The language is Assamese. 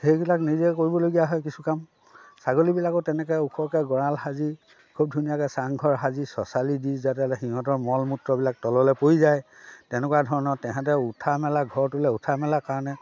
সেইবিলাক নিজে কৰিবলগীয়া হয় কিছু কাম ছাগলীবিলাকো তেনেকৈ ওখকৈ গঁৰাল সাজি খুব ধুনীয়াকৈ চাংঘৰ সাজি চ চালি দি যাতে সিহঁতৰ মল মূত্ৰবিলাক তললৈ পৰি যায় তেনেকুৱা ধৰণৰ তেহেঁতে উঠা মেলা ঘৰটোলৈ উঠা মেলাৰ কাৰণে